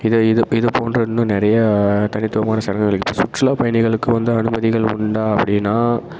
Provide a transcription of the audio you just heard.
இதை இதை இதுப்போன்ற இன்னும் நிறையா தனித்துவமான சடங்குகள் இப்போ சுற்றுலா பயணிகளுக்கு வந்து அனுமதிகள் உண்டா அப்படின்னா